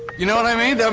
you know what i mean?